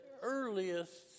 earliest